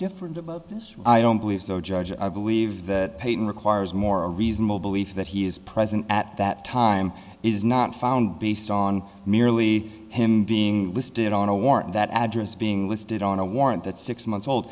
different about this i don't believe so judge i believe that pain requires more a reasonable belief that he is present at that time is not found the song merely him being listed on a warrant that address being listed on a warrant that's six months old